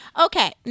Okay